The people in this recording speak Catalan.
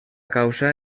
causa